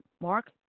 Mark